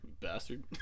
Bastard